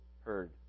heard